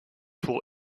pour